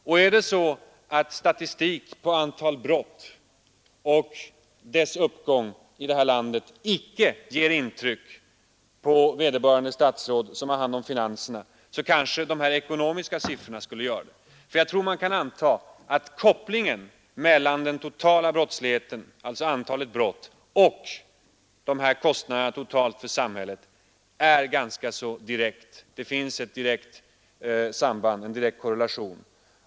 Och är det så att statistiken på antalet brott och uppgången av dessa i det här landet inte gör intryck på vederbörande statsråd så kanske dessa ekonomiska fakta kan göra det. Jag tror nämligen att man kan anta att kopplingen mellan den totala brottsligheten, alltså antalet brott, och de här kostnaderna totalt för samhället är ganska direkt; det finns en direkt korrelation.